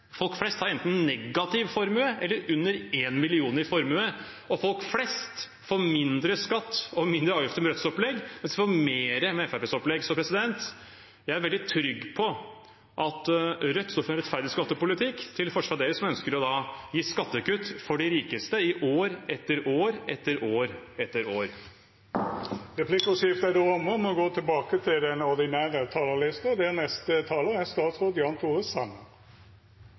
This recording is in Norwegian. Folk flest har enten negativ formue eller under 1 mill. kr i formue. Folk flest får mindre skatt og mindre avgifter med Rødts opplegg, mens de får mer med Fremskrittspartiets opplegg. Jeg er veldig trygg på at Rødt står for en rettferdig skattepolitikk, til forskjell fra Fremskrittspartiet, som ønsker å gi skattekutt for de rikeste – i år etter år etter år etter år. Replikkordskiftet er då omme. Perspektivmeldingen gir oss en mulighet til å heve blikket utover dagsaktuelle saker og se de lange linjene i samfunnsutviklingen. Det er